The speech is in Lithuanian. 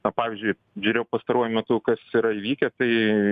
na pavyzdžiui žiūrėjau pastaruoju metu kas yra įvykę tai